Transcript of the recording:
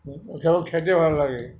খুব খেতে ভাল লাগে